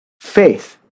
faith